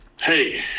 Hey